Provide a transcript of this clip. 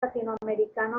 latinoamericano